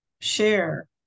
share